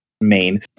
main